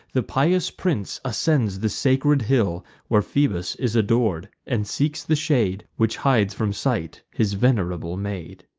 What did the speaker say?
the pious prince ascends the sacred hill where phoebus is ador'd and seeks the shade which hides from sight his venerable maid.